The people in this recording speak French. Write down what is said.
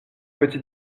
petit